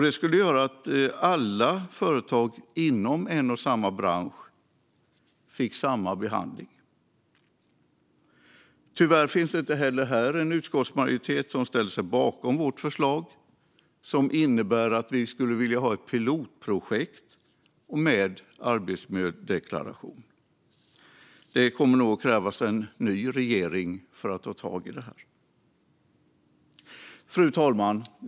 Det skulle göra att alla företag inom en och samma bransch fick samma behandling. Tyvärr finns det inte heller här en utskottsmajoritet som ställer sig bakom vårt förslag, som innebär ett pilotprojekt med arbetsmiljödeklarationer. Det kommer nog att krävas en ny regering för att ta tag i det här. Fru talman!